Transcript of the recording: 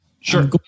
Sure